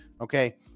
Okay